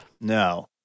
No